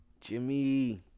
Jimmy